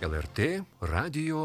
lrt radijo žinios